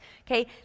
okay